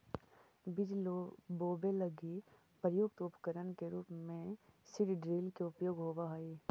बीज बोवे लगी प्रयुक्त उपकरण के रूप में सीड ड्रिल के उपयोग होवऽ हई